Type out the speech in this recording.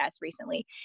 recently